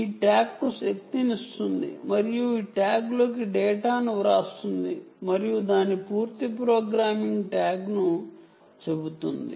ఈ ట్యాగ్కు శక్తినిస్తుంది మరియు ఈ ట్యాగ్లోకి డేటాను వ్రాస్తుంది మరియు దాని ప్రోగ్రామింగ్ ట్యాగ్ ను పూర్తి చేసానని చెబుతుంది